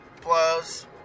Plus